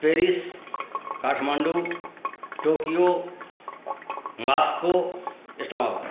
Paris Kathmandu Tokyo Moscow Islamabad